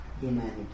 humanity